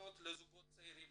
משכנתאות לזוגות צעירים